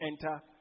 enter